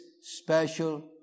special